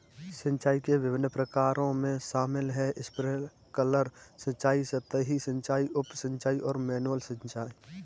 सिंचाई के विभिन्न प्रकारों में शामिल है स्प्रिंकलर सिंचाई, सतही सिंचाई, उप सिंचाई और मैनुअल सिंचाई